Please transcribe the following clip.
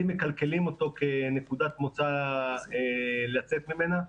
הם מקלקלים אותו כנקודת מוצא לצאת ממנה.